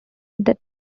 that